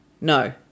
No